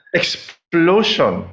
explosion